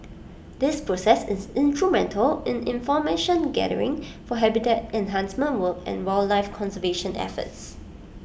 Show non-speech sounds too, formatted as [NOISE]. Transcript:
this process is instrumental in information gathering for habitat enhancement work and wildlife conservation efforts [NOISE]